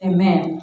Amen